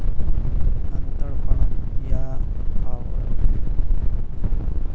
अंतरपणन या आर्बिट्राज का सर्वप्रथम प्रयोग इस रूप में सत्रह सौ चार में किया गया था